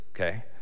okay